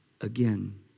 again